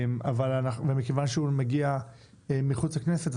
מכיוון שהוא מגיע מחוץ לכנסת,